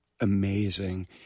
amazing